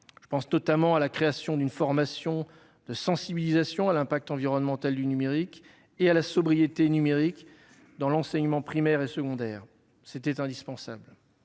texte crée notamment une formation de sensibilisation à l'impact environnemental du numérique et à la sobriété numérique dans l'enseignement primaire et secondaire : c'était indispensable.